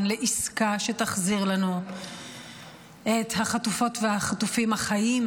לעסקה שתחזיר לנו את החטופות והחטופים החיים,